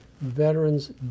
veterans